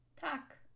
Tak